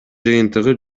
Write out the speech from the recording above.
жыйынтыгы